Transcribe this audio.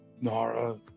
Nara